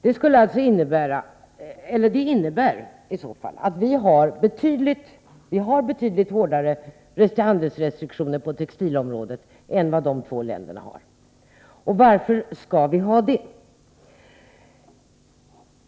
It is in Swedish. Det innebär i så fall att vi har betydligt hårdare handelsrestriktioner på textilområdet än vad dessa två länder har. Varför skall vi ha det?